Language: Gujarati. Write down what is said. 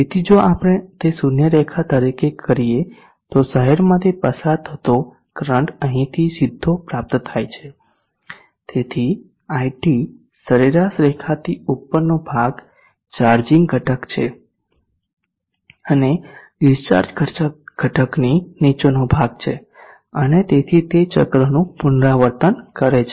તેથી જો આપણે તે શૂન્ય રેખા તરીકે કરીએ તો શહેરમાંથી પસાર થતો કરંટ અહીંથી સીધો પ્રાપ્ત થાય છે તેથી iT સરેરાશ રેખાથી ઉપરનો ભાગ ચાર્જિંગ ઘટક છે અને ડીસ્ચાર્જ ઘટકની નીચેનો ભાગ છે અને તેથી તે ચક્રનું પુનરાવર્તન કરે છે